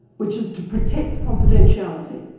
which is to protect confidentiality.